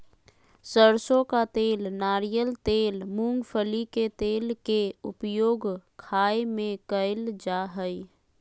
सरसों का तेल नारियल तेल मूंगफली के तेल के उपयोग खाय में कयल जा हइ